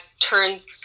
turns